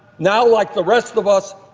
now like the rest of us,